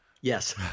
Yes